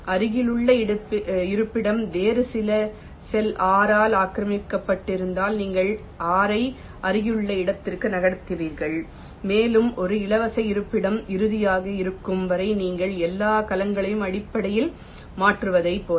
அருகிலுள்ள இருப்பிடம் வேறு சில செல் rஆல் ஆக்கிரமிக்கப்பட்டிருந்தால் நீங்கள் r ஐ அருகிலுள்ள இடத்திற்கு நகர்த்துவீர்கள் மேலும் ஒரு இலவச இருப்பிடம் இறுதியாகக் கிடைக்கும் வரை நீங்கள் எல்லா கலங்களையும் அடிப்படையில் மாற்றுவதைப் போல